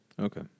Okay